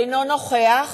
אינו נוכח